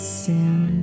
sin